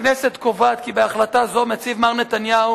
הכנסת קובעת כי בהחלטה זו מציב מר נתניהו